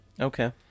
Okay